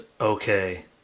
okay